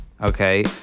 Okay